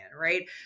right